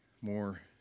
more